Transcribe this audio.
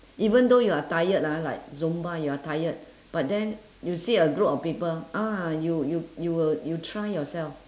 even though you are tired ah like zumba you are tired but then you see a group of people ah you you you will you try yourself